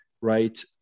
right